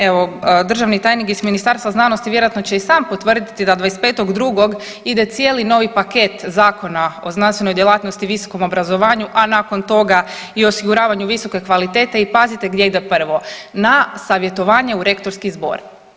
Evo državni tajnik iz Ministarstva znanosti vjerojatno će i sam potvrditi da 25.2. ide cijeli novi paket Zakona o znanstvenoj djelatnosti i visokom obrazovanju, a nakon toga i osiguravanju visoke kvalitete i pazite gdje ide prvo, na savjetovanje u rektorski zbor.